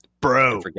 Bro